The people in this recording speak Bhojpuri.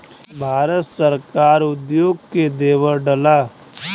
भारत सरकार उद्योग के देवऽला